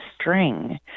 string